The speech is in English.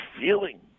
feeling